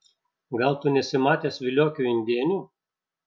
gal tu nesi matęs viliokių indėnių